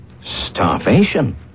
Starvation